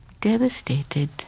devastated